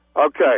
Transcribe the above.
Okay